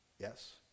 Yes